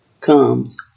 comes